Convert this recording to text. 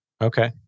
Okay